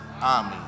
army